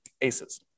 aces